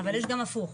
אבל יש גם הפוך.